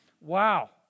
wow